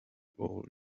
all